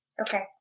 Okay